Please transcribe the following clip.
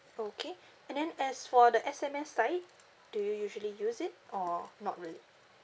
okay and then as for the S_M_S side do you usually use it or not really